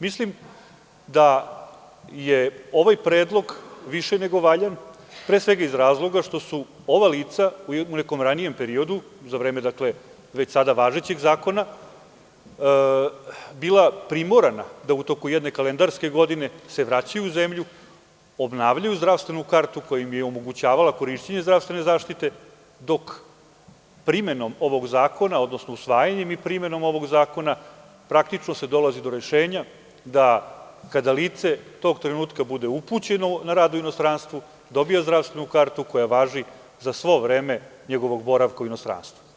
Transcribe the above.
Mislim, da je ovaj predlog više nego valjan, pre svega, iz razloga što su ova lica u nekom ranijem periodu, za vreme već sada važećeg zakona, bila primorana da u toku jedne kalendarske godine se vraćaju u zemlju, obnavljaju zdravstvenu kartu koja im je omogućavala korišćenje zdravstvene zaštite, dok primenom ovog zakona, odnosno usvajanjem i primenom ovog zakona, praktično se dolazi do rešenja da kada lice tog trenutka bude upućeno na rad u inostranstvo, dobija zdravstvenu kartu koja važi za sve vreme njegovog boravka u inostranstvu.